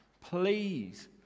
please